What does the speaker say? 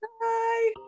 Bye